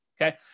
Okay